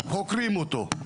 חוקרים אותו.